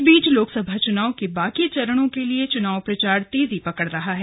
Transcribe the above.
इस बीच लोकसभा चुनाव के बाकी चरणों के लिए चुनाव प्रचार तेजी पकड़ रहा है